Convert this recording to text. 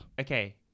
okay